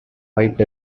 wiped